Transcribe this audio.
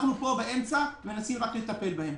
אנחנו פה באמצע מנסים רק לטפל בהם.